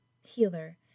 healer